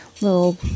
little